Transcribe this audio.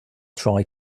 try